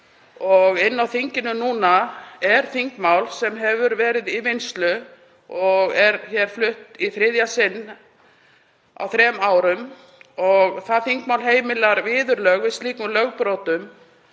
Inni á þinginu núna er þingmál sem hefur verið í vinnslu og er hér flutt í þriðja sinn á þremur árum. Það heimilar viðurlög við slíkum lögbrotum.